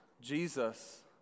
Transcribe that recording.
Jesus